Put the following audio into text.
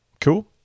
cool